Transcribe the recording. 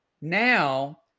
now